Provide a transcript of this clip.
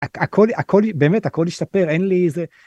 הכל הכל באמת הכל ישתפר אין לי איזה.